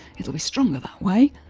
it'll be stronger that way.